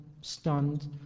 stunned